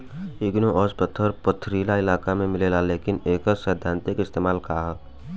Igneous पत्थर पथरीली इलाका में मिलेला लेकिन एकर सैद्धांतिक इस्तेमाल का ह?